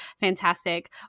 fantastic